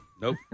Nope